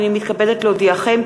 הנני מתכבדת להודיעכם,